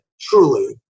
truly